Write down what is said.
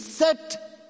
Set